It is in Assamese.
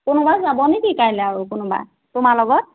কোনোবা যাব নেকি কাইলে আৰু কোনোবা তোমাৰ লগত